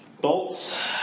Bolts